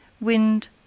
wind